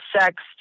sex